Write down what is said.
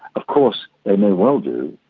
of course they may well do,